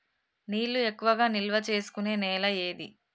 నీళ్లు ఎక్కువగా నిల్వ చేసుకునే నేల ఏది?